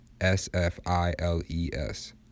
s-f-i-l-e-s